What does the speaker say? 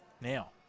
Now